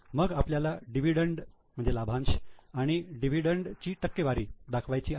मग आपल्याला डिव्हिडंड लाभांश आणि डिव्हिडंड लाभांश ची टक्केवारी दाखवायची आहे